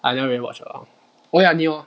I don't really watch lah oh ya 你有